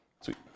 Sweet